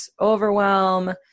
overwhelm